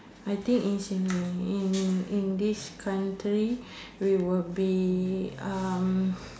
I think in in in this country we will be um